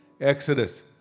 Exodus